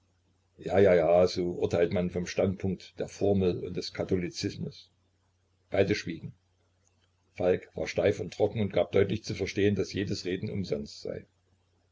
ja ja ja so urteilt man vom standpunkt der formel und des katholizismus beide schwiegen falk war steif und trocken und gab deutlich zu verstehen daß jedes reden umsonst sei